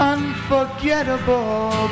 Unforgettable